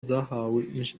zahawe